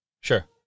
Sure